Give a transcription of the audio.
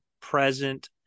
present